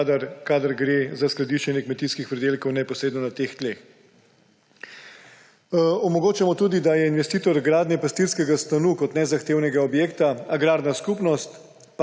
kadar gre za skladiščenje kmetijskih pridelkov neposredno na teh tleh. Omogočamo tudi, da je investitor gradnje pastirskega stanu kot nezahtevnega objekta agrarna skupnost,